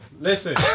Listen